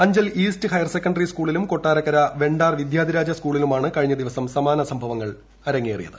Anchal east higher secondary സ്കൂളിലും കൊട്ടാരക്കര വെണ്ടാർ വിദ്യാധിരാജ സ്കൂളിലുമാണ് കഴിഞ്ഞ ദിവസം സമാന സംഭവങ്ങൾ അരങ്ങേറിയത്